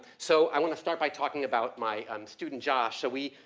so i wanna start by talking about my um student josh, so we,